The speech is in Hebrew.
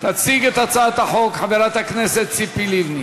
תציג את הצעת החוק חברת הכנסת ציפי לבני.